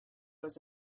was